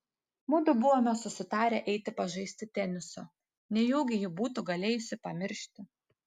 mudu buvome susitarę eiti pažaisti teniso nejaugi ji būtų galėjusi pamiršti